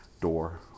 door